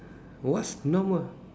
what's the normal